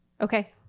Okay